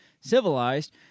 civilized